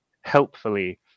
helpfully